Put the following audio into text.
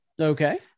Okay